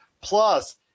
plus